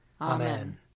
Amen